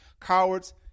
Cowards